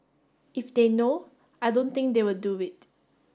if they know I don't think they will do it